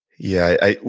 yeah.